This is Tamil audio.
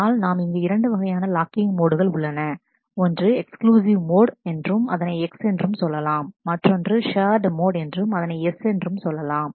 ஆனால் நாம் இங்கு இரண்டு வகையான லாக்கிங் மோடுகள் உள்ளன ஒன்று எக்ஸ்க்ளூசிவ் மோடு என்றும் அதனை X என்றும் சொல்லலாம் மற்றொன்று ஷேர்டு மோடு என்றும் அதனை S என்றும் சொல்லலாம்